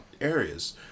areas